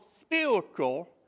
spiritual